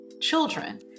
children